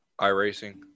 iRacing